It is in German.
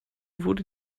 wurde